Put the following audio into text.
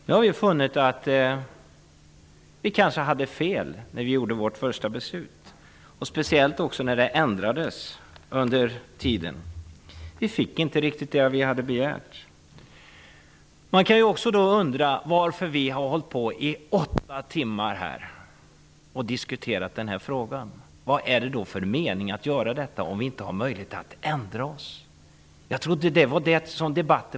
Vi ha nu funnit att vi kanske gjorde fel när vi fattade vårt första beslut i detta ärende, speciellt med tanke på att förslaget ändrades under hanteringens gång. Vi fick inte riktigt det vi hade begärt. Man kan också undra varför vi här i dag i åtta timmar har diskuterat denna fråga. Vad är det för mening att diskutera om vi inte har möjlighet att ändra oss? Jag trodde debatter var till för det.